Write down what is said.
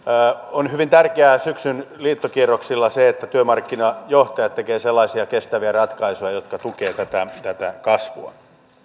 on hyvin tärkeää syksyn liittokierroksilla se että työmarkkinajohtajat tekevät sellaisia kestäviä ratkaisuja jotka tukevat tätä tätä kasvua